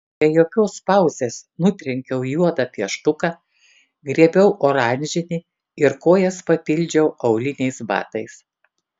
be jokios pauzės nutrenkiau juodą pieštuką griebiau oranžinį ir kojas papildžiau auliniais batais